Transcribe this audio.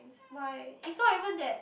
why is not even that